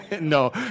No